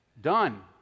Done